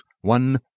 one